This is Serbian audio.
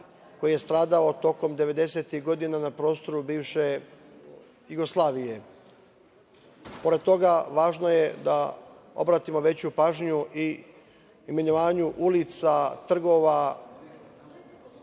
koji je stradao tokom devedesetih godina na prostoru bivše Jugoslavije. Pored toga važno je da obratimo veću pažnju i imenovanju ulica, trgova,